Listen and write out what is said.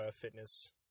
Fitness